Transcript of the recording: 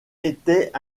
était